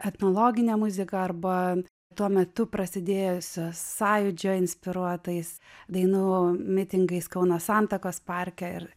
etnologine muzika arba tuo metu prasidėjusio sąjūdžio inspiruotais dainų mitingais kauno santakos parke ir